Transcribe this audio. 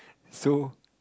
so